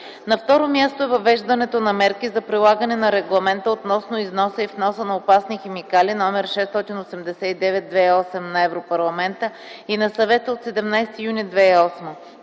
На второ място е въвеждането на мерки за прилагане на Регламента относно износа и вноса на опасни химикали № 689/2008 на Европейския парламент и на Съвета от 17 юни 2008